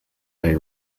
ray